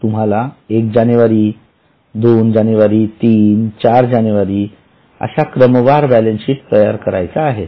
तुम्हाला 1 जानेवारी २३४ जानेवारी अशा क्रमवार बॅलन्स शीट तयार करायच्या आहेत